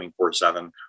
24-7